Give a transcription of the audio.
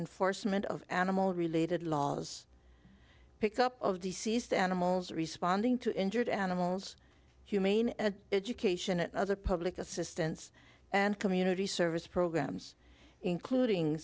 enforcement of animal related laws pick up of deceased animals responding to injured animals humane education and other public assistance and community service programs including